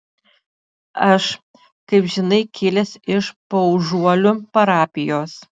aš kaip žinai kilęs iš paužuolių parapijos